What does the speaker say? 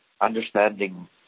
understanding